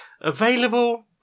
Available